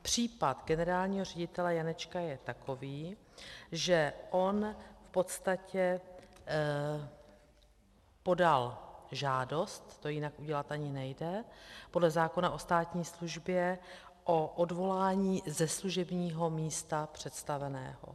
Případ generálního ředitele Janečka je takový, že on v podstatě podal žádost, to jinak udělat ani nejde, podle zákona o státní službě o odvolání ze služebního místa představeného.